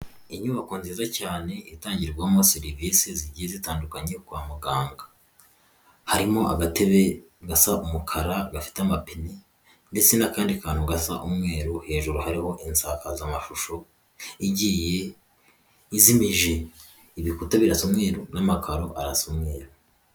Inyubako nziza cyane itangirwamo serivisi zigiye zitandukanye kwa muganga, harimo agatebe gasa k'umukara gafite amapine, ndetse n'akandi kantu gasa umweru hejuru hari insakazamashusho igi izimije ibikuta birasa umweru ndetse n'amakaro arasa umweru.